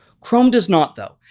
chrome does not, though.